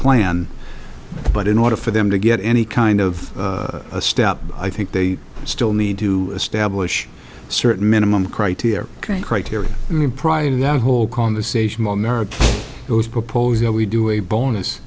plan but in order for them to get any kind of a step i think they still need to establish certain minimum criteria or criteria i mean prior to that whole conversation it was proposed that we do a bonus